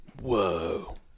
Whoa